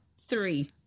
three